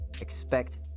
Expect